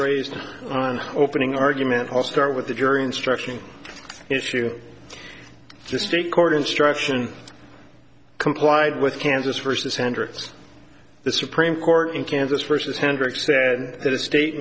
raised on opening argument i'll start with the jury instruction issue just a court instruction complied with kansas versus sandra the supreme court in kansas versus hendricks said that